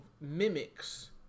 mimics